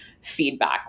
feedback